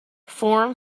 form